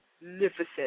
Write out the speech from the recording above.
Magnificent